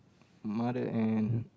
mother and